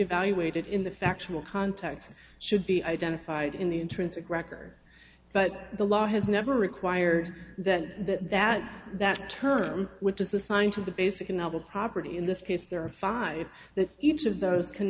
evaluated in the factual context should be identified in the intrinsic record but the law has never required that that that term which is the science of the basic novel property in this case there are five that each of those can